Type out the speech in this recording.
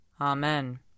Amen